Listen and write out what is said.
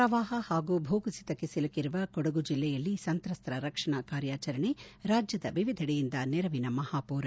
ಪ್ರವಾಹ ಹಾಗೂ ಭೂಕುಸಿತಕ್ಕೆ ಸಿಲುಕಿರುವ ಕೊಡುಗು ಜಿಲ್ಲೆಯಲ್ಲಿ ಸಂತ್ರಸ್ತರ ರಕ್ಷಣಾ ಕಾರ್ಯಾಚರಣೆ ರಾಜ್ಯದ ವಿವಿಧೆಡೆಯಿಂದ ನೆರವಿನ ಮಹಾಪೂರ